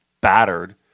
battered